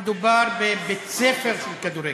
מדובר בבית-ספר של כדורגל.